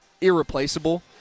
irreplaceable